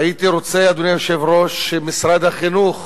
והייתי רוצה, אדוני היושב-ראש, שמשרד החינוך